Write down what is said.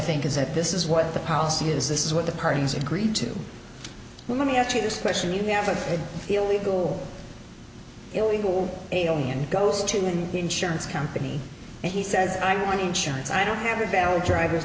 think is that this is what the policy is this is what the parties agreed to let me ask you this question you have an illegal illegal alien who goes to an insurance company and he says i want insurance i don't have a valid driver's